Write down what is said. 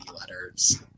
letters